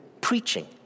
preaching